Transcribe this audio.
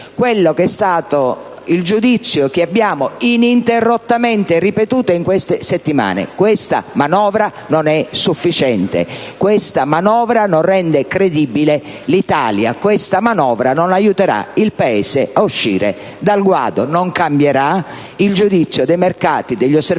soprattutto rimane il giudizio che abbiamo ininterrottamente ripetuto in queste settimane: questa manovra non è sufficiente; questa manovra non rende credibile l'Italia, questa manovra non aiuterà il Paese a uscire dal guado, non cambierà il giudizio dei mercati e degli osservatori